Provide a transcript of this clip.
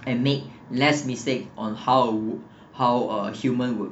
and make less mistake on how how a human would